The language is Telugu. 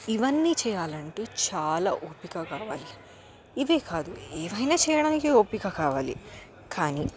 ఇవన్నీ చేయాలంటే చాలా ఓపిక కావాలి ఇవే కాదు ఏవైనా చేయడానికి ఓపిక కావాలి కానీ